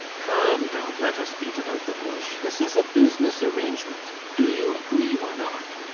come, don't let us beat about the bush this is a business arrangement. do you agree or not?